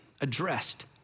addressed